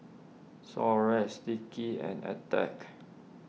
Xorex Sticky and Attack